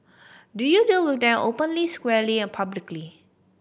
do you deal with their openly squarely and publicly